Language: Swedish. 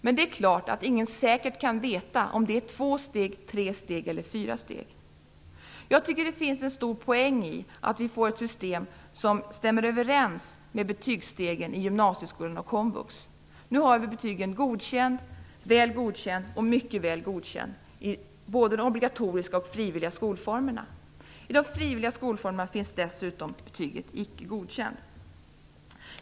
Men det är klart att ingen säkert kan veta om det är två, tre eller fyra steg. Jag tycker att det finns en stor poäng i att vi får ett system som stämmer överens med betygsstegen i gymnasieskolan och på komvux. Nu har vi betygen godkänd, väl godkänd och mycket väl godkänd både i de obligatoriska och i de frivilliga skolformerna. I de frivilliga skolformerna finns dessutom betyget icke godkänd.